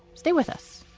stay with us